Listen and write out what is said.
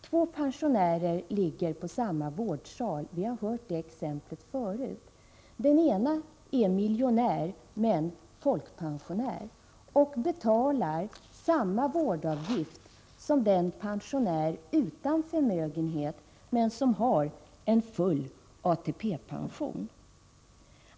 Två pensionärer ligger på samma vårdsal — det här är ett exempel som vi har hört förut. Den ena är miljonär men folkpensionär och betalar samma vårdavgift som den pensionär som är utan förmögenhet men som har en full ATP-pension.